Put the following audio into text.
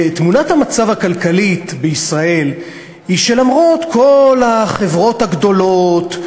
תמונת המצב הכלכלית בישראל היא שלמרות כל החברות הגדולות,